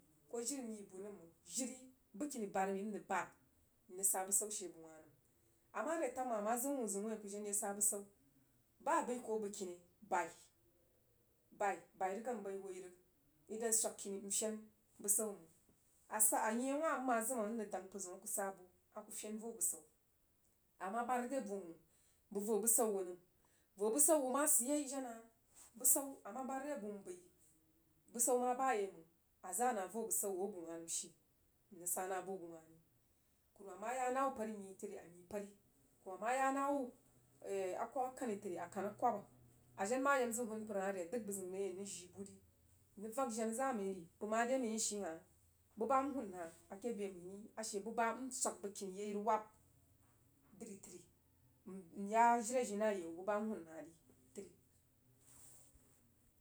Ko jiri anyi bu nəm məng jiri bəgkini bari məi a rəg bad n rəg sa bəsau she bəg wah nəm ama retam hah a ma jen zəg wun zəun wuin aku je ye sa bəsau ba bəi ko bəskini bai bai, bai riga mbaiyi hwo yi rəg idon swag kini ri fen bəgau məng asa a nyein wah mma zim n rəg dong mpər zəu aka sabu, aku fen vo bəzau ama bara re bu məng abəg vo bəsau wu nəm. Vo bəsau wu ma sid ye jena bəsau, ama bara re bu n bəi bəsau ma bare məng aza nah vo bəsau wu abəg wah nəm she n rəg sa na bu bəg wah ri. Kwumam, ma ya na wu pari mii təri amii pari kurumam ma yanawu akogh kani təri akan a kog. Ajen mayak n zəg hun mpər hah ri a dəg nah re yei n rəg jii bu ri n yak jena za məi ori bəg məi am shii hah bu ba am han hah a she bu ba am swag bəgkiyei rəg wab dri təri nya jiri adinai ayau bu ba n hun hah təri.